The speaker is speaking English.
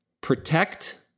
protect